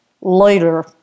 later